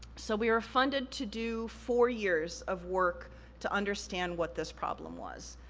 so, we were funded to do four years of work to understand what this problem was.